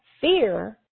Fear